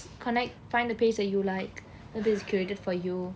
connect find a page that you like that is curated for you